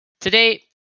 Today